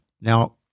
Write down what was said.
now